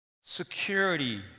security